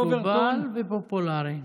מקובל ופופולרי.